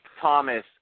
Thomas